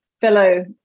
fellow